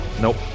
Nope